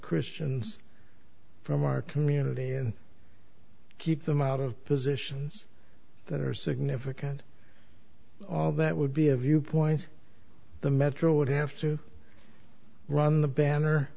christians from our community and keep them out of positions that are significant all that would be a viewpoint the metro would have to run the